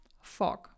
fog